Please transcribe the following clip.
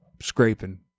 scraping